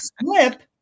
slip